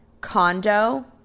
condo